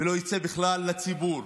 ולא יצא בכלל לציבור